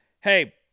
hey